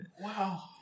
Wow